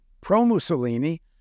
pro-Mussolini